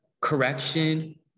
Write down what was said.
correction